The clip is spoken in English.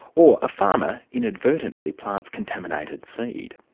or a farmer inadvertently plants contaminated seed.